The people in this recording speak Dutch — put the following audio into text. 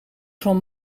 van